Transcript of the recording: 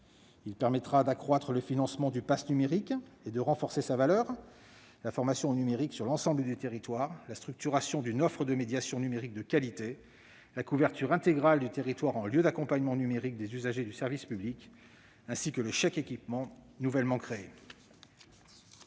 Il permettra le financement du pass numérique et le renforcement de son montant, la formation au numérique sur l'ensemble du territoire, la structuration d'une offre de médiation numérique de qualité, la couverture intégrale du territoire en lieux d'accompagnement numérique des usagers du service public, ainsi que le financement du chèque-équipement nouvellement créé.